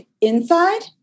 inside